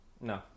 no